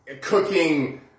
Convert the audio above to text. Cooking